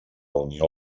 unió